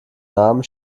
namen